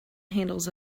handles